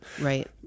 Right